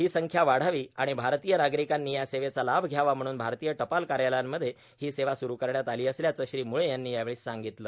ही संख्या वाढावी आणि भारतीय नागरिकांनी या सेवेचा लाभ घ्यावा म्हणून भारतीय टपाल कार्यालयांमध्ये ही सेवा सुरू करण्यात आली असल्याचं श्री मुळे यांनी यावेळी सांगितलं